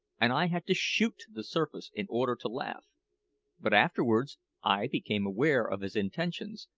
and i had to shoot to the surface in order to laugh but afterwards i became aware of his intentions,